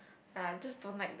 ya I just don't like